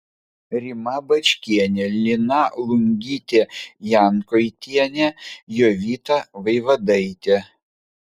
rima bačkienė lina lungytė jankoitienė jovita vaivadaitė